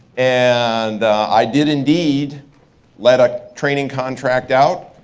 and i did indeed let a training contract out,